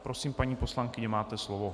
Prosím, paní poslankyně, máte slovo.